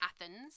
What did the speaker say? Athens